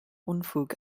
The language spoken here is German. unfug